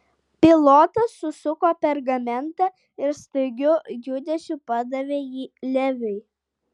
pilotas susuko pergamentą ir staigiu judesiu padavė jį leviui